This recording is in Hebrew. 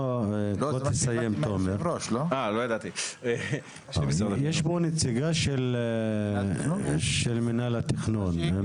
יש פה נציגה של מינהל התכנון.